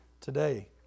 today